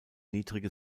niedrige